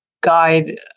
guide